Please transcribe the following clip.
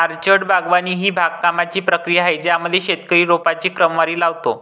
orchard बागवानी ही बागकामाची प्रक्रिया आहे ज्यामध्ये शेतकरी रोपांची क्रमवारी लावतो